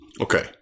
Okay